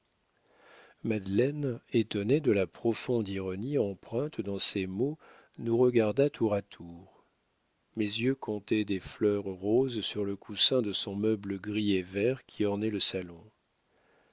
madeleine étonnée de la profonde ironie empreinte dans ces mots nous regarda tour à tour mes yeux comptaient des fleurs roses sur le coussin de son meuble gris et vert qui ornait le salon